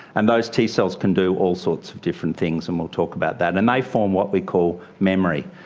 and those t-cells can do all sorts of different things, and we'll talk about that. and they form what we call memory.